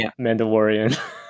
Mandalorian